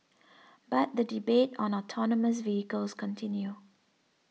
but the debate on autonomous vehicles continue